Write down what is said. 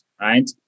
right